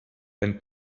wenn